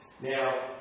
Now